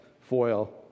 foil